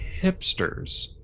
hipsters